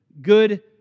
good